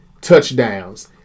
touchdowns